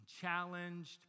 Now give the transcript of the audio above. challenged